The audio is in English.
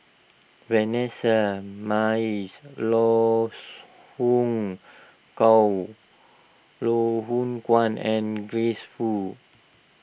Vanessa Mae Loh Hoong Gow Loh Hoong Kwan and Grace Fu